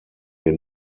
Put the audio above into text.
wir